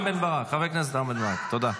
חבר הכנסת רם בן ברק, תודה.